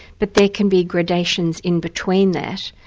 but there can be gradations in between that,